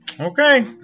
Okay